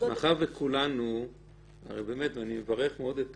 אני מברך מאוד גם את